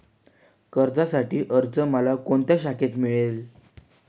कर्जासाठीचा अर्ज मला कोणत्या शाखेत मिळेल?